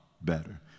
better